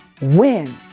win